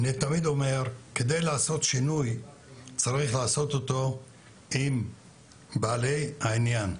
אני תמיד אומר שכדי לעשות שינוי צריך לעשות אותו עם בעלי העניין,